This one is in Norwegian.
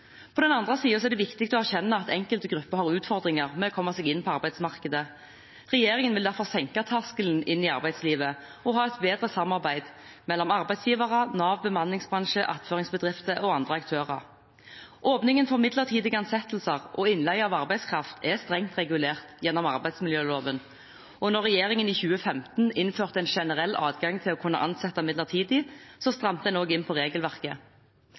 På den andre siden er det viktig å erkjenne at enkelte grupper har utfordringer med å komme seg inn på arbeidsmarkedet. Regjeringen vil derfor senke terskelen inn i arbeidslivet og ha et bedre samarbeid mellom arbeidsgivere, Nav, bemanningsbransjen, attføringsbedrifter og andre aktører. Åpningen for midlertidige ansettelser og innleie av arbeidskraft er strengt regulert gjennom arbeidsmiljøloven. Da regjeringen i 2015 innførte en generell adgang til å kunne ansette midlertidig, strammet en også inn på regelverket.